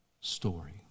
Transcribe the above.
story